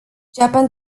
japan